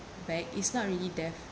back is not really death